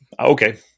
Okay